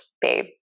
babe